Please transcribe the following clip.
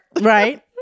Right